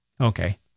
Okay